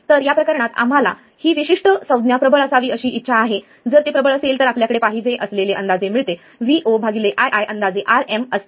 तर या प्रकरणात आम्हाला ही विशिष्ट संज्ञा प्रबळ असावी अशी इच्छा आहे जर ते प्रबळ असेल तर आपल्याला पाहिजे असलेले अंदाजे मिळते voiiअंदाजे Rm असते